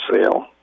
sale